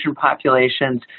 populations